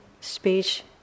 speech